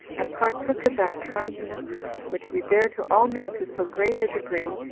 and partook of that kindness which we bear to all men to so great a degree,